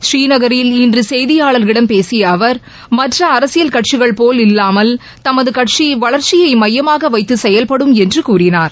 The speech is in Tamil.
ஸ்ரீநகரில் இன்று செய்தியாளர்களிடம் பேசிய அவர் மற்ற அரசியல் கட்சிகள் போல் அல்லாமல் தமது கட்சி வளர்ச்சியை மையமாக வைத்து செயல்படும் என்று கூறினார்